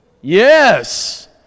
Yes